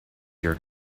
your